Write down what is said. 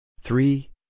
three